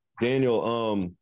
Daniel